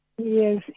Yes